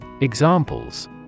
Examples